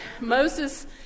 Moses